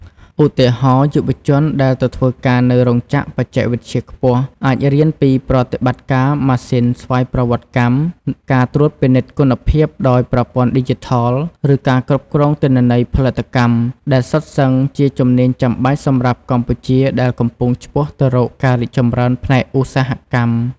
ឧទាហរណ៍ យុវជនដែលទៅធ្វើការនៅរោងចក្របច្ចេកវិទ្យាខ្ពស់ អាចរៀនពីប្រតិបត្តិការម៉ាស៊ីនស្វ័យប្រវត្តិកម្ម ការត្រួតពិនិត្យគុណភាពដោយប្រព័ន្ធឌីជីថល ឬការគ្រប់គ្រងទិន្នន័យផលិតកម្ម ដែលសុទ្ធសឹងជាជំនាញចាំបាច់សម្រាប់កម្ពុជាដែលកំពុងឆ្ពោះទៅរកការរីកចម្រើនផ្នែកឧស្សាហកម្ម។